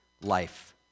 life